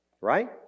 right